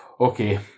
Okay